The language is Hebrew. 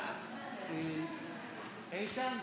דודי,